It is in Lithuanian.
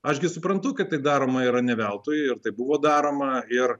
aš gi suprantu kad tai daroma yra ne veltui ir tai buvo daroma ir